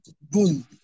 Boom